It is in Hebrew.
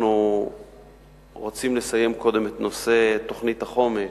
אנחנו רוצים לסיים קודם את נושא תוכנית החומש,